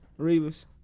Revis